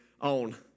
on